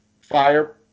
fire